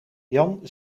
jan